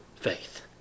faith